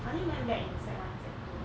I think I back in sec one sec two